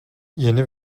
yeni